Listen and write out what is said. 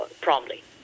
promptly